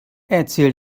erzähl